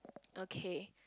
okay